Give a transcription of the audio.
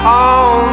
on